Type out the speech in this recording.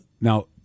Now